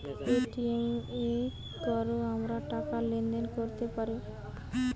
Paytm এ কোরে আমরা টাকা লেনদেন কোরতে পারি